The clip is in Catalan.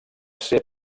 ser